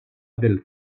del